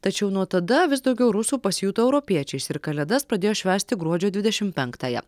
tačiau nuo tada vis daugiau rusų pasijuto europiečiais ir kalėdas pradėjo švęsti gruodžio dvidešim penktąją